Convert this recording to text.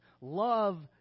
love